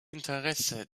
interesse